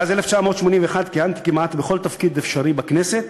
מאז 1981 כיהנתי כמעט בכל תפקיד אפשרי בכנסת